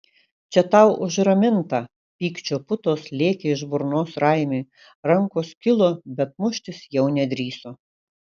čia tau už ramintą pykčio putos lėkė iš burnos raimiui rankos kilo bet muštis jau nedrįso